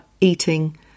eating